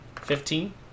Fifteen